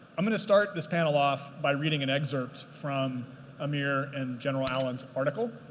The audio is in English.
i'm going to start this panel off by reading an excerpt from amir and general allen's article.